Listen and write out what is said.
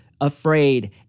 afraid